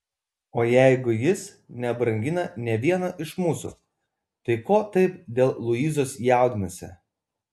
o jeigu jis nebrangina nė vieno iš mūsų tai ko taip dėl luizos jaudinasi